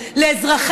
ושלום.